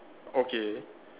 okay